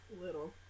little